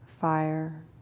fire